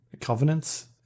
covenants